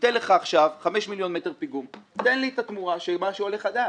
ניתן חמש מיליון מטר פיגום תנו לנו את התמורה למה שעולה חדש.